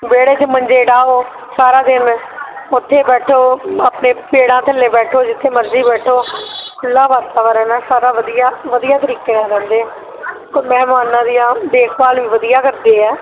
ਵਿਹੜੇ 'ਚ ਮੰਜੇ ਡਾਹੋ ਸਾਰਾ ਦਿਨ ਉੱਥੇ ਬੈਠੋ ਆਪਣੇ ਪੇੜਾਂ ਥੱਲੇ ਬੈਠੋ ਜਿੱਥੇ ਮਰਜ਼ੀ ਬੈਠੋ ਖੁੱਲ੍ਹਾ ਵਾਤਾਵਰਨ ਹੈ ਸਾਰਾ ਵਧੀਆ ਵਧੀਆ ਤਰੀਕੇ ਨਾਲ ਰਹਿੰਦੇ ਹੈ ਮਹਿਮਾਨਾਂ ਦੀਆਂ ਦੇਖਭਾਲ ਵੀ ਵਧੀਆ ਕਰਦੇ ਹੈ